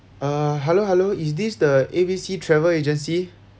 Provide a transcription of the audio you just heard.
ah hello hello is this the A B C travel agency